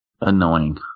annoying